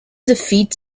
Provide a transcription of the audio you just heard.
defeat